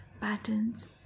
patterns